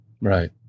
Right